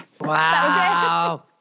Wow